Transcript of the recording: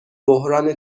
بحران